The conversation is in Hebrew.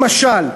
למשל,